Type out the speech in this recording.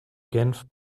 genf